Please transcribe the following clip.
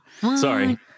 Sorry